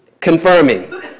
Confirming